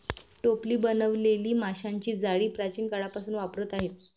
टोपली बनवलेली माशांची जाळी प्राचीन काळापासून वापरात आहे